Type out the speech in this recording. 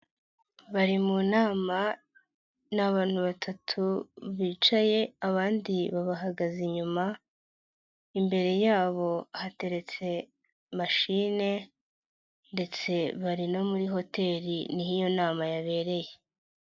Bari mu nama, ni abantu batatu bicaye, abandi babahagaze inyuma, imbere yabo hateretse mashine ndetse bari no muri hoteli niho iyo nama yabereye.